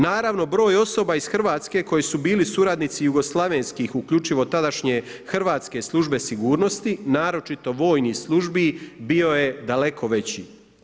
Naravno broj osoba iz Hrvatske koji su bili suradnici jugoslavenskih, uključivo tadašnje hrvatske službe sigurnosti, naročito vojnih službi bio je daleko veći.